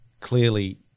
clearly